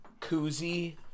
Koozie